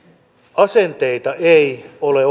asenteita ei ole